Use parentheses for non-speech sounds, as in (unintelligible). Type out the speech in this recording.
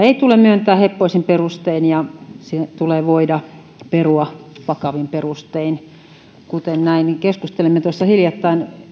(unintelligible) ei tule myöntää heppoisin perustein ja se tulee voida perua vakavin perustein näin keskustelimme tuossa hiljattain